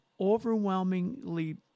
overwhelmingly